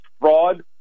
fraud